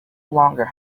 longer